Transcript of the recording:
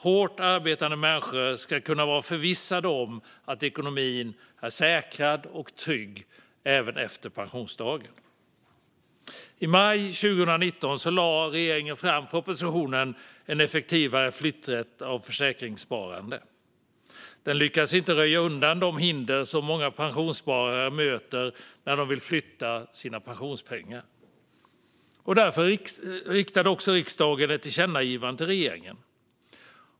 Hårt arbetande människor ska kunna vara förvissade om att ekonomin är säkrad och trygg även efter pensionsdagen. I maj 2019 lade regeringen fram propositionen En effektivare flytträtt av försäkringssparande . Den lyckades inte röja undan de hinder som många pensionssparare möter när de vill flytta sina pensionspengar. Därför riktade riksdagen ett tillkännagivande till regeringen.